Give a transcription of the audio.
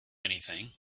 anything